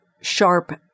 sharp